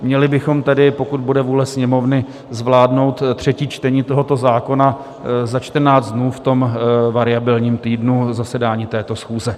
Měli bychom tedy, pokud bude vůle Sněmovny, zvládnout třetí čtení tohoto zákona za čtrnáct dnů v tom variabilním týdnu zasedání této schůze.